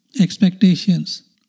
expectations